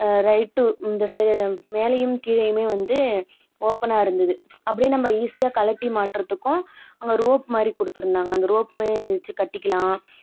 right to இந்த side மேலேயும் கீழேயுமே வந்து ஓப்பனாக இருந்தது அப்டியே நம்ம ஈஸியாக கழட்டி மாட்றதுக்கும் அங்க ரோப் மாதிரி கொடுத்துருந்தாங்க அந்த ரோப் வச்சு கட்டிக்கலாம்